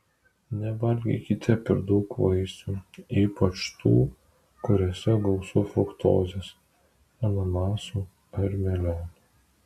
nevalgykite per daug vaisių ypač tų kuriuose gausu fruktozės ananasų ar melionų